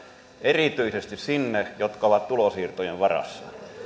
erityisesti niihin jotka ovat tulonsiirtojen varassa